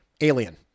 Alien